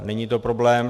Není to problém.